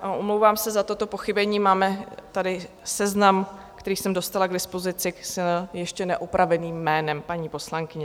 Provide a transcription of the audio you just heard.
A omlouvám se za toto pochybení, máme tady seznam, který jsem dostala k dispozici s ještě neopraveným jménem paní poslankyně.